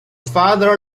father